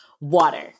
water